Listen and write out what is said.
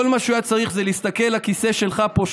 כל מה שהוא היה צריך הוא להסתכל על הכיסא שלך פה,